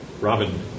Robin